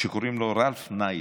שקוראים לו ראלף ניידר.